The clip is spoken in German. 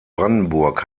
brandenburg